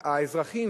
האזרחים,